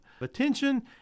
attention